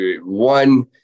one